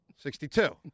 Sixty-two